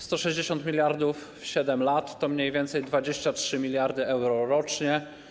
160 mld w 7 lat to mniej więcej 23 mld euro rocznie.